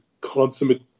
consummate